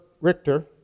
Richter